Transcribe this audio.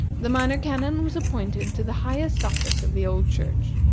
the minor canon was appointed to the highest office of the old church,